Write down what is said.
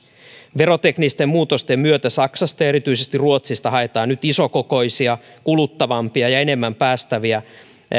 veroteknisten muutosten myötä saksasta ja erityisesti ruotsista haetaan nyt isokokoisia kuluttavampia ja enemmän päästäviä